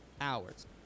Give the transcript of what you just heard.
hours